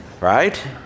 right